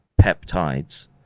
peptides